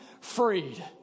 freed